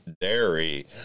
dairy